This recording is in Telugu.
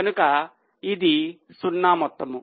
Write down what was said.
కనుక ఇది సున్నా మొత్తం